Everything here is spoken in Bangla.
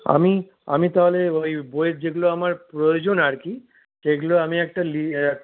আমি আমি তা হলে ওই বইয়ের যেগুলো আমার প্রয়োজন আর কী সেগুলো আমি একটা